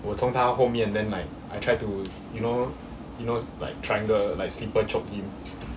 我从他后面 then like I try to you know you know like triangle like slipper choke him